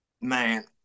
Man